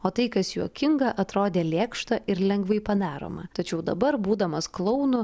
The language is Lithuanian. o tai kas juokinga atrodė lėkšta ir lengvai padaroma tačiau dabar būdamas klounu